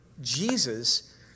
Jesus